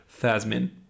Thasmin